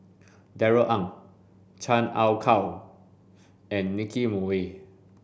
Darrell Ang Chan Ah Kow and Nicky Moey